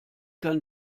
kann